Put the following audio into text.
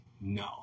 no